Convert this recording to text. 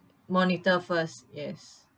monitor first yes